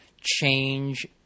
change